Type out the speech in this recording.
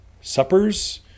suppers